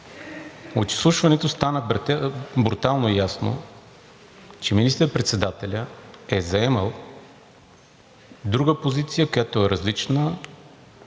изслушването стана брутално ясно, че министър-председателят е заемал друга позиция, която е различна